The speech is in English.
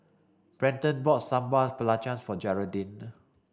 Brenton bought Sambal Belacan for Geraldine